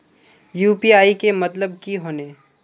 UPI के मतलब की होने?